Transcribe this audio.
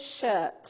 shirt